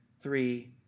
three